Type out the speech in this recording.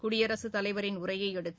குடியரசுத் தலைவரின் உரையை அடுத்து